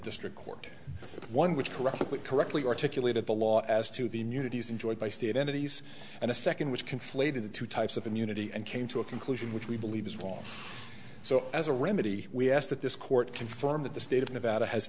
district court one which correctly correctly articulated the law as to the new duties enjoyed by state entities and a second which conflated the two types of immunity and came to a conclusion which we believe is wrong so as a remedy we ask that this court confirm that the state of nevada has